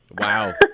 Wow